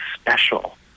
special